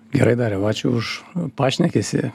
gerai dariau ačiū už pašnekesį